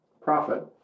profit